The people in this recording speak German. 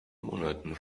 monaten